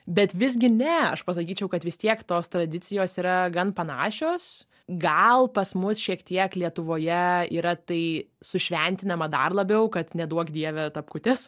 bet visgi ne aš pasakyčiau kad vis tiek tos tradicijos yra gan panašios gal pas mus šiek tiek lietuvoje yra tai sušventinama dar labiau kad neduok dieve tapkutės